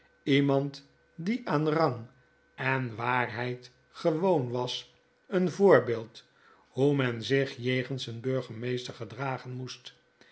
iemand die aan rang en waardigheid gewoon was een voorbeeld hoe men zich jegens een burgemeester gedragen moest